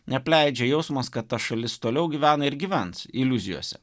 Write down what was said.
neapleidžia jausmas kad ta šalis toliau gyvena ir gyvens iliuzijose